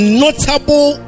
notable